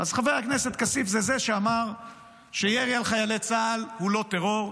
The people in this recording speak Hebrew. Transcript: אז חבר הכנסת כסיף הוא זה שאמר שירי על חיילי צה"ל הוא לא טרור,